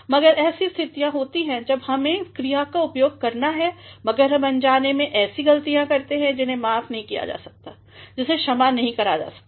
मगर ऐसे स्थितयां होती हैं जब हमें क्रिया का उपयोग करना है मगर हम अनजाने में ऐसी गलतियां करते हैं जिन्हें माफ़ नहीं करा जा सकता है जिसे क्षमा नहीं करा जा सकता है